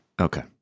Okay